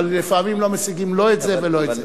אבל לפעמים לא משיגים לא את זה ולא את זה,